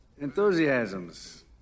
Enthusiasms